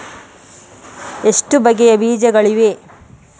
ಎಷ್ಟು ಬಗೆಯ ಬೀಜಗಳಿವೆ?